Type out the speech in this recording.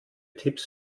tipps